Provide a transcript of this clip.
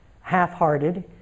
half-hearted